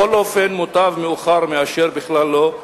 מוטב מאוחר מאשר בכלל לא.